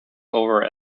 over